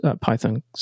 python